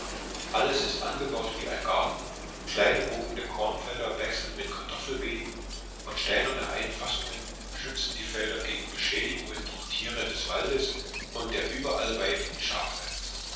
alles ist angebaut wie ein garten kleine wogende kornfelder wechseln mit kartoffelbeeten und steinerne einfassungen schützen die felder gegen beschädigung durch tiere des waldes und der überall weidenden schafe